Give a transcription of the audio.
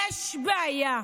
יש בעיה.